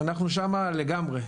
אנחנו שמה לגמרי.